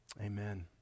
Amen